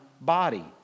body